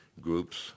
groups